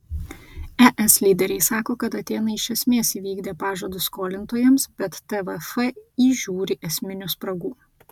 es lyderiai sako kad atėnai iš esmės įvykdė pažadus skolintojams bet tvf įžiūri esminių spragų